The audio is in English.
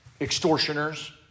extortioners